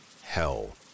Hell